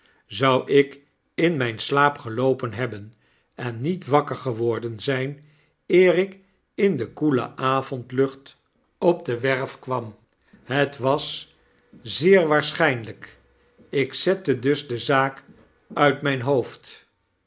wandelden zouik in myn slaap geloopen hebben en niet wakker geworden zyn eer ik in de koele avondlucht op de werf kwam het was zeer waarschynlyk ik zette dus de zaak uit mijn hoofd